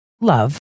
love